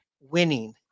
winning